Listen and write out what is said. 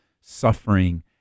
suffering